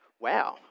wow